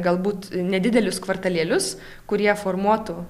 galbūt nedidelius kvartalėlius kurie formuotų